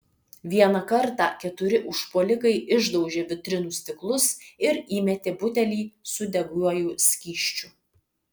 vieną kartą keturi užpuolikai išdaužė vitrinų stiklus ir įmetė butelį su degiuoju skysčiu